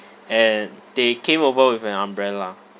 and they came over with an umbrella